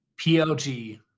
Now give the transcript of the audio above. PLG